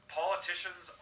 politicians